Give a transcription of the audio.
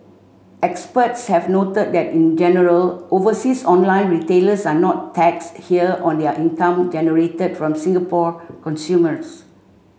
experts have noted that in general overseas online retailers are not taxed here on their income generated from Singapore consumers